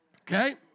Okay